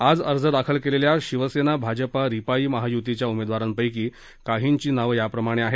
आज अर्ज दाखल केलेल्या शिवसेना भाजपा रिपाई महायुतीच्या उमेदवारांपैकी काहींची नावं याप्रमाणे आहेत